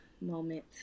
moment